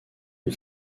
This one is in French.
une